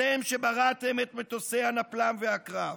/ אתם, שבראתם את מטוסי הנפל"ם והקרב.